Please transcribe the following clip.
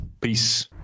Peace